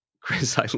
Chris